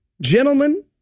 gentlemen